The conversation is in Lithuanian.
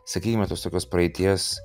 sakykime tos tokios praeities